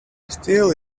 steel